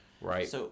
Right